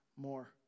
more